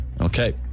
Okay